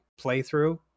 playthrough